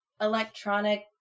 electronic